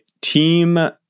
team